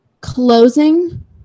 closing